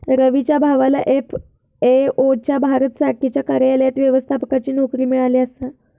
रवीच्या भावाला एफ.ए.ओ च्या भारत शाखेच्या कार्यालयात व्यवस्थापकाची नोकरी मिळाली आसा